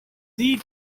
sie